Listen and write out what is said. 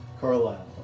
Carlisle